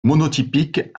monotypique